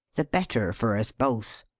the better for us both,